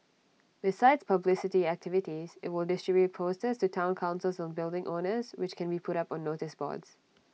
besides publicity activities IT will distribute posters to Town councils and building owners which can be put up on noticeboards